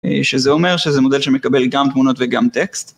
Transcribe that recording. שזה אומר שזה מודל שמקבל גם תמונות וגם טקסט.